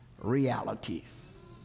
realities